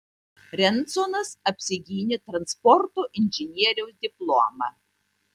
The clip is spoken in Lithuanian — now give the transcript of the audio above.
rensonas apsigynė transporto inžinieriaus diplomą